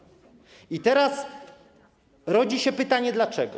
I teraz rodzi się pytanie: Dlaczego?